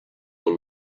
all